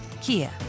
Kia